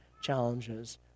challenges